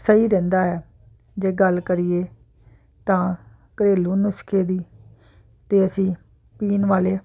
ਸਹੀ ਰਹਿੰਦਾ ਜੇ ਗੱਲ ਕਰੀਏ ਤਾਂ ਘਰੇਲੂ ਨੁਸਖੇ ਦੀ ਅਤੇ ਅਸੀਂ ਪੀਣ ਵਾਲੇ